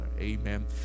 Amen